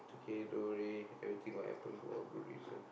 okay don't worry everything will happen for a good reason